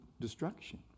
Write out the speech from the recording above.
Destruction